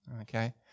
Okay